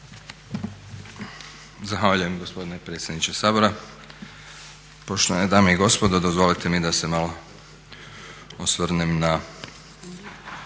Zahvaljujem gospodine predsjedniče Sabora. Poštovane dame i gospodo dozvolite mi da se malo osvrnem